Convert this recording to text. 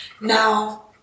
Now